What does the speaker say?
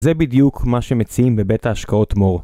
זה בדיוק מה שמציעים בבית ההשקעות מור.